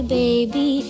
baby